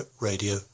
radio